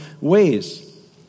ways